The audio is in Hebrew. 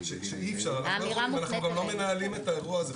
שאי אפשר, אנחנו גם לא מנהלים את האירוע הזה.